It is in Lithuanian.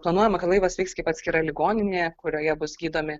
planuojama kad laivas veiks kaip atskira ligoninė kurioje bus gydomi